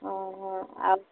ହଁ ହଁ ଆଉ